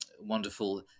wonderful